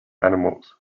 animals